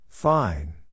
Fine